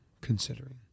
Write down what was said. considering